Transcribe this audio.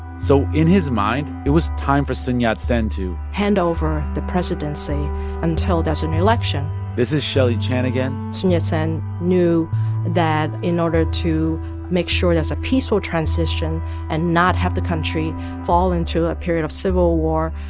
so in his mind, it was time for sun yat-sen to. hand over the presidency until there's an election this is shelly chen again sun yat-sen knew that in order to make sure there's a peaceful transition and not have the country fall into a period of civil war,